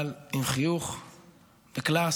אבל עם חיוך וקלאס.